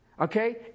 Okay